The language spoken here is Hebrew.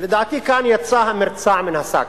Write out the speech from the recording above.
לדעתי, כאן יצא המרצע מן השק,